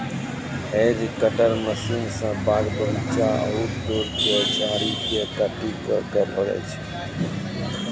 hedge cutter machine स बाग बगीचा, आउटडोर के झाड़ी के कटिंग करलो जाय छै